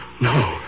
no